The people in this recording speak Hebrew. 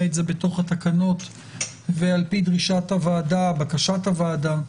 את זה בתוך התקנות ועל פי דרישת הוועדה בקשת הוועדה,